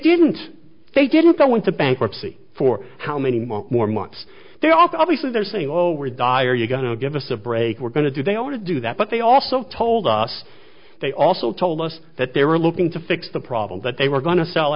didn't they didn't i went to bankruptcy for how many more more months they're also obviously they're saying oh we're dire you've got to give us a break we're going to do they want to do that but they also told us they also told us that they were looking to fix the problem that they were going to sell